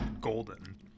golden